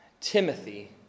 Timothy